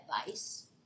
advice